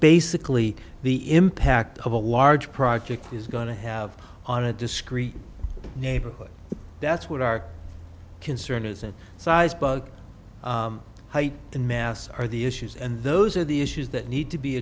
basically the impact of a large project is going to have on a discreet neighborhood that's what our concern is and size bug height and mass are the issues and those are the issues that need to be